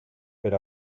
per